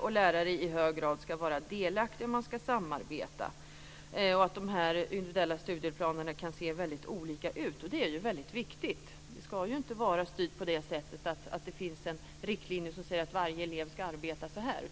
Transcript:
och lärare i hög grad ska vara delaktiga och samarbeta och att de här individuella studieplanerna kan se väldigt olika ut. Det är väldigt viktigt. Det ska inte vara styrt på det sättet att det finns en riktlinje som säger att varje elev ska arbeta så här.